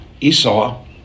Esau